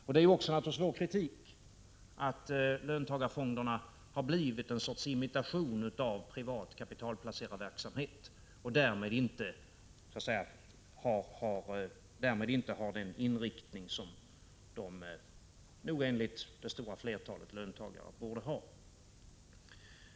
Vpk:s kritik gäller naturligtvis att löntagarfonderna har blivit en sorts imitation av privat kapitalplacerarverksamhet och därmed inte har den inriktning som de nog enligt det stora flertalet löntagare borde ha.